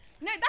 No